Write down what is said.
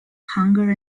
hunger